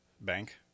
Bank